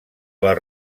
les